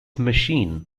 machine